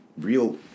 real